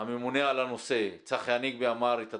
הממונה על הנושא, צחי הנגבי, אמר את הדברים,